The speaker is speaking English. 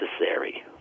necessary